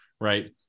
right